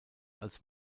als